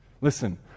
Listen